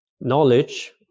knowledge